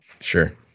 Sure